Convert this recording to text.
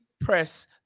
press